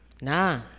Nah